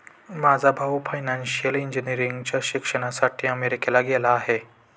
माझा भाऊ फायनान्शियल इंजिनिअरिंगच्या शिक्षणासाठी अमेरिकेला गेला आहे